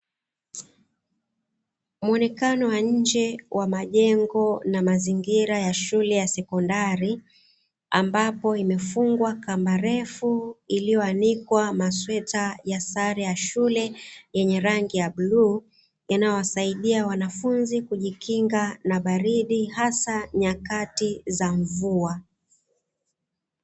Muonekano wa nje wa majengo na mazingira ya shule ya sekondari, ambapo imefungwa kamba refu iliyoanikwa masweta ya sare ya shule yenye rangi ya blue inayosaidia wanafunzi kujikinga na baridi hasa nyakati za mvua.